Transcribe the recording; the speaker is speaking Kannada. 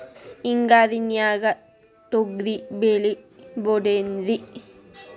ಹಿಂಗಾರಿನ್ಯಾಗ ತೊಗ್ರಿ ಬೆಳಿಬೊದೇನ್ರೇ?